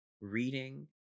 reading